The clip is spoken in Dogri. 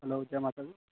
हैलो जै माता दी